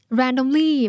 randomly